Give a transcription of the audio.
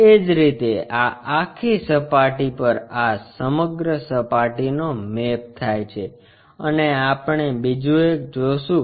એ જ રીતે આ આખી સપાટી પર આ સમગ્ર સપાટીનો મેપ થાય છે અને આપણે બીજું એક જોશું